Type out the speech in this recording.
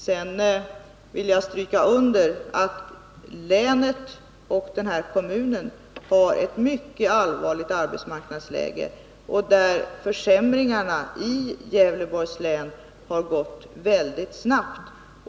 Sedan vill jag stryka under att länet och kommunen har ett mycket allvarligt arbetsmarknadsläge, och försämringarna i Gävleborgs län har gått väldigt snabbt.